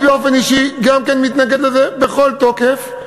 גם אני באופן אישי מתנגד לזה בכל תוקף,